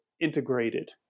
integrated